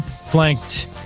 flanked